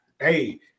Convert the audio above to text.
hey